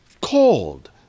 called